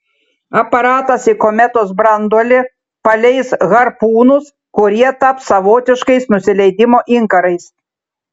aparatas į kometos branduolį paleis harpūnus kurie taps savotiškais nusileidimo inkarais